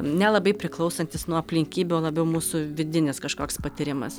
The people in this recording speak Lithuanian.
nelabai priklausantis nuo aplinkybių o labiau mūsų vidinis kažkoks patyrimas